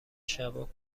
شبا